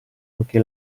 poichè